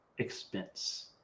expense